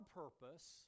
purpose